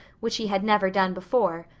which he had never done before.